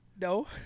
No